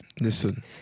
Listen